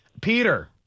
peter